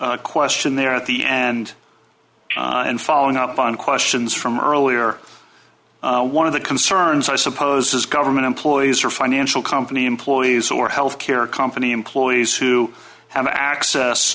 a question there at the end and following up on questions from earlier one of the concerns i suppose is government employees or financial company employees or health care company employees who have access